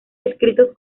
escritos